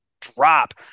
drop